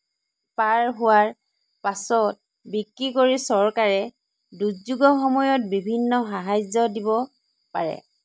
দিন পাৰ হোৱাৰ পাছত বিক্ৰী কৰি চৰকাৰে দুৰ্যোগৰ সময়ত বিভিন্ন সাহাৰ্য্য দিব পাৰে